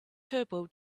turbo